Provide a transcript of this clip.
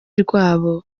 rwabo